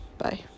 Bye